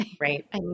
right